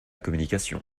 communication